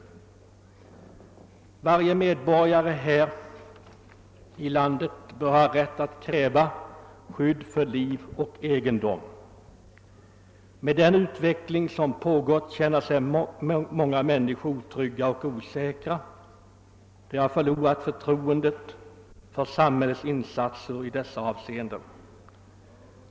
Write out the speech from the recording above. Varje medborgare här i landet bör ha rätt att kräva skydd för liv och egendom. Med den utveckling som har pågått känner sig många människor otrygga och osäkra och har förlorat förtroendet för samhällets insatser i dessa avseenden.